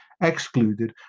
excluded